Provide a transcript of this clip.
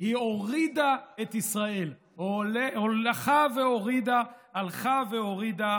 היא הורידה את ישראל, הלכה והורידה, הלכה והורידה